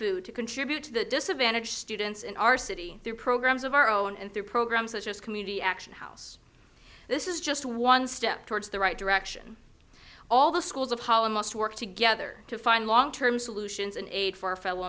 to contribute to the disadvantaged students in our city through programs of our own and through programs such as community action house this is just one step towards the right direction all the schools of holland must work together to find long term solutions and aid for our fellow